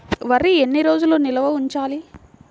వరి ఎన్ని రోజులు నిల్వ ఉంచాలి?